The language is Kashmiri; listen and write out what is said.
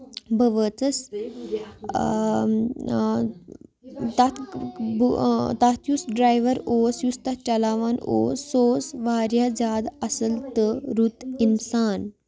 بہٕ وٲژَس تَتھ بہٕ تَتھ یُس ڈرایور اوس یُس تَتھ چلاوان اوس سُہ اوس واریاہ زیادٕ اَصٕل تہٕ رُت اِنسان